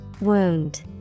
Wound